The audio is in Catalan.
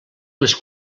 les